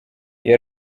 iyi